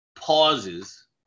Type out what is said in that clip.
pauses